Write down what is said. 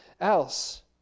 else